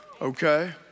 okay